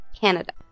Canada